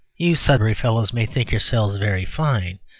you sudbury fellows may think yourselves very fine,